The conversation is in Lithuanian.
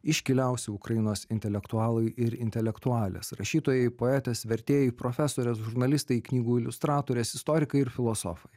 iškiliausi ukrainos intelektualai ir intelektualės rašytojai poetės vertėjai profesorės žurnalistai knygų iliustratorės istorikai ir filosofai